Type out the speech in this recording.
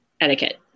etiquette